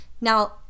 Now